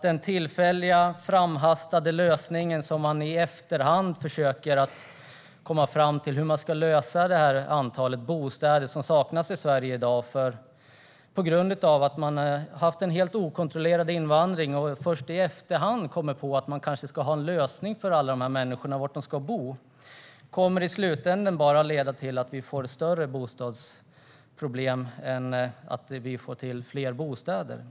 Den tillfälliga och framhastade lösningen av hur man ska försöka få fram det antal bostäder som saknas i Sverige i dag, på grund av att man har haft en helt okontrollerad invandring och först i efterhand har kommit på att man kanske ska ha en lösning för var alla dessa människor ska bo, kommer i slutänden bara att leda till att vi får större bostadsproblem än att vi behöver få till fler bostäder.